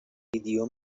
ویدئو